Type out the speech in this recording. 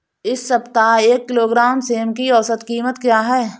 इस सप्ताह एक किलोग्राम सेम की औसत कीमत क्या है?